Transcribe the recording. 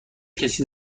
کسی